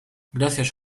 gracias